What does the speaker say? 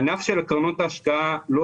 קרנות גידור, קרנות השקעה בנדל"ן.